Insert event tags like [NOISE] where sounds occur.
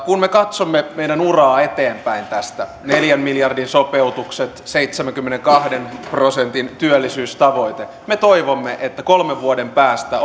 kun me katsomme meidän uraamme eteenpäin tästä neljän miljardin sopeutukset seitsemänkymmenenkahden prosentin työllisyystavoite me toivomme että kolmen vuoden päästä [UNINTELLIGIBLE]